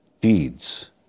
deeds